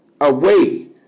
away